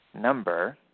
number